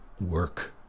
work